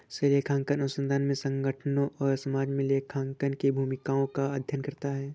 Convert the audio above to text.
लेखांकन अनुसंधान ने संगठनों और समाज में लेखांकन की भूमिकाओं का अध्ययन करता है